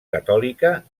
catòlica